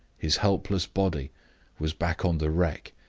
his helpless body was back on the wreck,